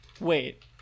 wait